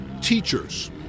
teachers